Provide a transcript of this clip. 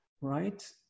right